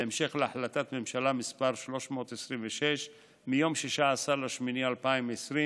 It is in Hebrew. בהמשך להחלטת ממשלה מס' 326 מיום 16 באוגוסט 2020,